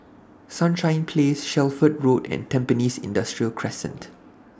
Sunshine Place Shelford Road and Tampines Industrial Crescent